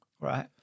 Right